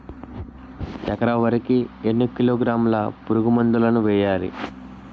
ఎకర వరి కి ఎన్ని కిలోగ్రాముల పురుగు మందులను వేయాలి?